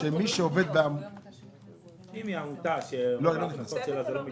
היא עמותה מתוקצבת או לא מתוקצבת?